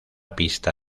pista